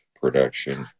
production